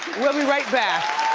we'll be right back.